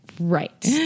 right